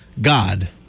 God